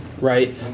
right